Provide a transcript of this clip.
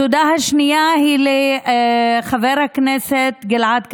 התודה השנייה היא לחבר הכנסת גלעד קריב,